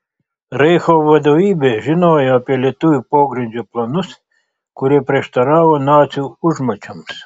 reicho vadovybė žinojo apie lietuvių pogrindžio planus kurie prieštaravo nacių užmačioms